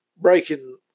breaking